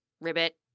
ribbit